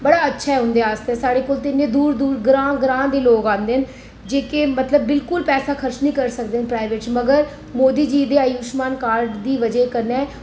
बड़ा अच्छा ऐ उंदे आस्तै साढ़े कोल किन्ने दूर दूर ग्रांऽ ग्रांऽ दे लोक आंदे न जेह्के मतलब बिल्कुल पैसा खर्च निं करी सकदे न प्राइवेट च मगर मोदी जी दे आयुष्मान कार्ड दी बजह् कन्नै